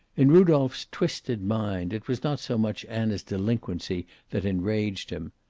in rudolph's twisted mind it was not so much anna's delinquency that enraged him.